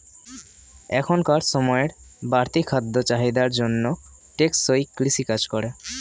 এখনকার সময়ের বাড়তি খাদ্য চাহিদার জন্য টেকসই কৃষি কাজ করে